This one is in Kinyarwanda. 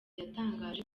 yatangaje